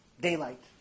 daylight